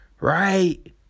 Right